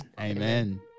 Amen